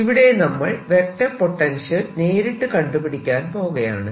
ഇവിടെ നമ്മൾ vector potential നേരിട്ട് കണ്ടു പിടിക്കാൻ പോകയാണ്